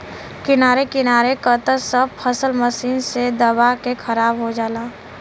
किनारे किनारे क त सब फसल मशीन से दबा के खराब हो जाला